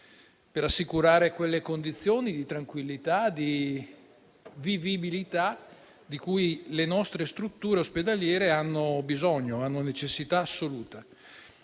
per assicurare quelle condizioni di tranquillità e di vivibilità di cui le nostre strutture ospedaliere hanno necessità assoluta,